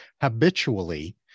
habitually